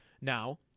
now